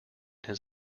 his